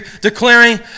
declaring